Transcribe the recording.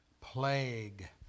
Plague